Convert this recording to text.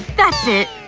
that's it,